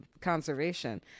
conservation